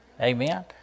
Amen